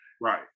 Right